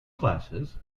classes